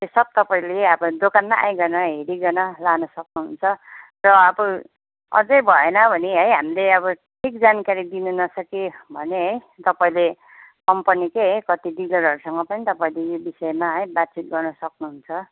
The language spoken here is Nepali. त्यो सब तपाईँले अब दोकानमै आइकन हेरिकन लान सक्नुहुन्छ र अब अझै भएन भने है हामीले अबो ठिक जानकरी दिन नसके भने है तपाईँले कम्पनीकै कति है डिलरहरूसँग पनि तपाईँले यो विषयमा है बातचित गर्न सक्नुहुन्छ